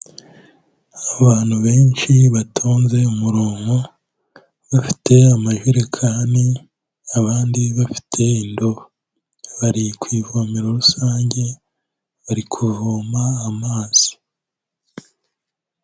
Abantu benshi batonze umuronko, bafite amajerekani, abandi bafite indobo. Bari ku ivomero rusange ,bari kuvoma amazi.